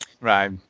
Right